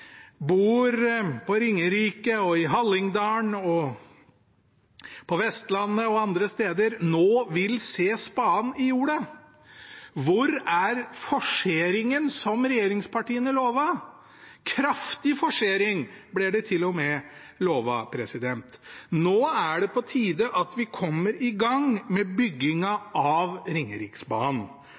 bor på Ringerike, i Hallingdal, på Vestlandet og andre steder, nå vil se spaden i jorda. Hvor er forseringen som regjeringspartiene lovet? En kraftig forsering ble de til og med lovet. Nå er det på tide at vi kommer i gang med byggingen av Ringeriksbanen.